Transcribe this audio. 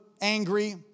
angry